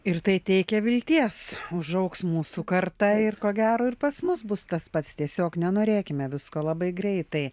ir tai teikia vilties užaugs mūsų karta ir ko gero ir pas mus bus tas pats tiesiog nenorėkime visko labai greitai